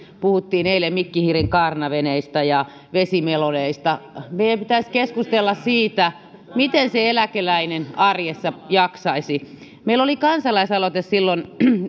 puhuttiin mikki hiiren kaarnaveneistä ja vesimeloneista meidän pitäisi keskustella siitä miten se eläkeläinen arjessa jaksaisi meillä oli kansalaisaloite